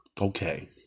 okay